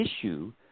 issue